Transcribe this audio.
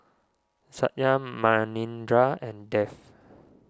Satya Manindra and Dev